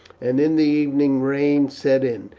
and in the evening rain set in.